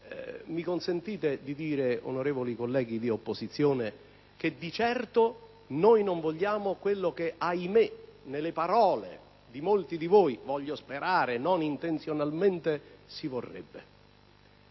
consentitemi di dire, onorevoli colleghi di opposizione, che di certo noi non vogliamo quello che - ahimè! - nelle parole di molti di voi, voglio sperare non intenzionalmente, si vorrebbe.